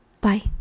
Bye